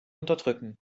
unterdrücken